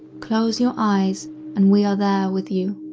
close your eyes and we are there with you,